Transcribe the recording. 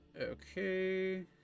Okay